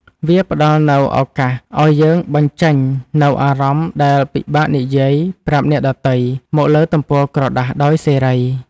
វាផ្ដល់នូវឱកាសឱ្យយើងបញ្ចេញនូវអារម្មណ៍ដែលពិបាកនិយាយប្រាប់អ្នកដទៃ មកលើទំព័រក្រដាសដោយសេរី។